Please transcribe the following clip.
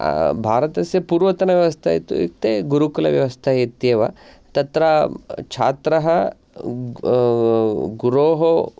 भारतस्य पूर्वतनव्यव्स्था इत्युक्ते गुरुकुलव्यवस्था इत्येव तत्र छात्रः गुरोः